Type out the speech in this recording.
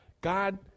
God